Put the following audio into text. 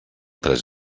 tres